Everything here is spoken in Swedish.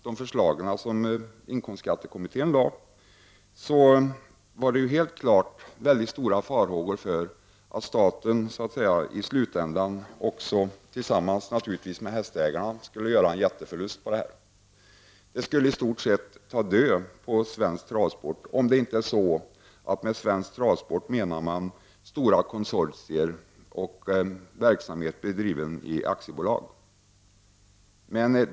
De förslag som inkomstskattekommittén lade fram har väckt stora farhågor för att staten tillsammans med hästägarna skulle göra en jätteförlust i slutändan. Det skulle i stort sett ta död på svensk travsport — om man inte med svensk travsport menar stora konsortier och verksamhet bedriven i aktiebolagsform.